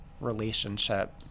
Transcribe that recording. relationship